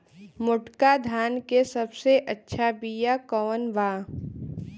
मोटका धान के सबसे अच्छा बिया कवन बा?